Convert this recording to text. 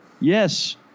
yes